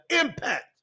impact